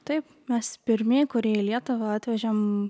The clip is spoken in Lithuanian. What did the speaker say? taip mes pirmieji kurie į lietuvą atvežėm